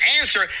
answer